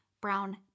brown